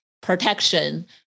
protection